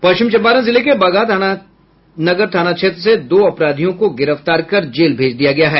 पश्चिम चंपारण जिले के बगहा नगर थाना क्षेत्र से दो अपराधियों को गिरफ्तार कर जेल भेज दिया गया है